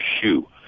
shoe